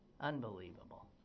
unbelievable